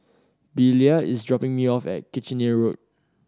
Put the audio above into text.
Belia is dropping me off at Kitchener Road